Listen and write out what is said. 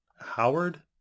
Howard